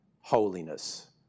holiness